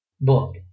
book